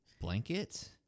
blanket